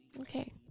Okay